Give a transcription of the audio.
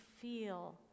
feel